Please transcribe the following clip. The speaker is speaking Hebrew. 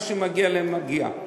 מה שמגיע להם, מגיע.